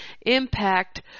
impact